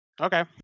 Okay